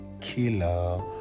killer